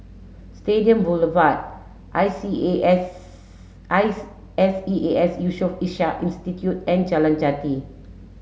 Stadium Boulevard I C A S eyes S E A S Yusof Ishak Institute and Jalan Jati